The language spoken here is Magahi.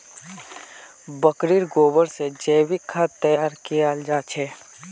बकरीर गोबर से जैविक खाद तैयार कियाल जा छे